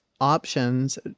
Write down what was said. options